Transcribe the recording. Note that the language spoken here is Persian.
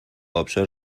ابشار